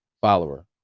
follower